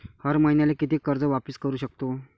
हर मईन्याले कितीक कर्ज वापिस करू सकतो?